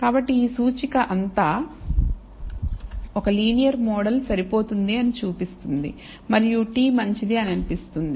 కాబట్టి ఈ సూచిక అంతా ఒక లీనియర్ మోడల్ సరిపోతుంది అని చూపిస్తుంది మరియు t మంచిది అనిపిస్తుంది